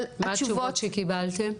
מה התשובות שקיבלתם?